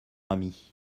ami